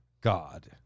God